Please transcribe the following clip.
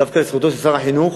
דווקא לזכותו של שר החינוך